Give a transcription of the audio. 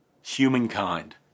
humankind